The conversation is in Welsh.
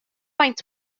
faint